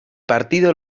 partido